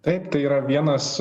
taip tai yra vienas